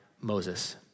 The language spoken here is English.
Moses